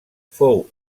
fou